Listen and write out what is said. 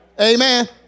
Amen